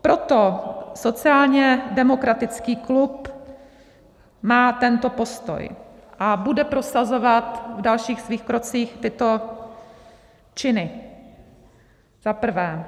Proto sociálně demokratický klub má tento postoj a bude prosazovat v dalších svých krocích tyto činy: Za prvé.